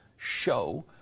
show